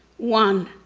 one.